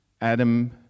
Adam